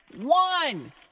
one